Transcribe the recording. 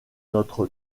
notre